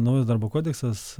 naujas darbo kodeksas